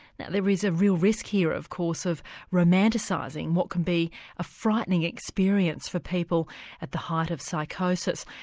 there is a real risk here of course of romanticising what can be a frightening experience for people at the height of psychosis.